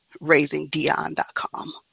raisingdion.com